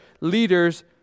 leaders